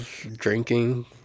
Drinking